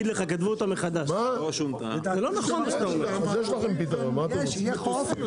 יש לכם פתרון, מה אתם רוצים?